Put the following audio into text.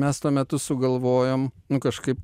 mes tuo metu sugalvojom nu kažkaip